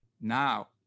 now